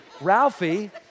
Ralphie